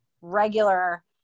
regular